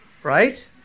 Right